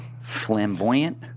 Flamboyant